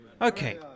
Okay